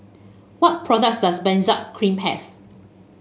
what products does Benzac Cream have